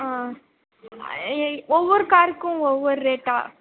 ஆ ஒவ்வொரு காருக்கும் ஒவ்வொரு ரேட்டா